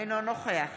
אינו נוכח